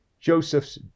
Joseph's